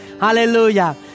Hallelujah